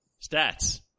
stats